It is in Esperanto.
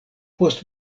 post